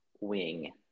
wing